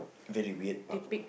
very weird park